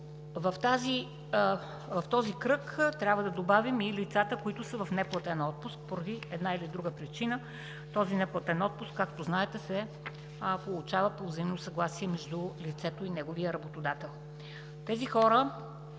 В този кръг трябва да добавим и лицата, които са в неплатен отпуск. Поради една или друга причина този неплатен отпуск, както знаете, се получава по взаимно съгласие между лицето и неговия работодател. Тези хора